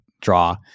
draw